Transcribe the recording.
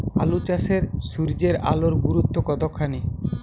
আলু চাষে সূর্যের আলোর গুরুত্ব কতখানি?